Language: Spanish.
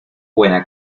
buena